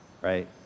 right